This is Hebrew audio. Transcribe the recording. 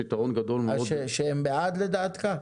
שהם בעד לדעתך?